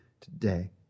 today